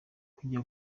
kujya